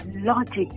logic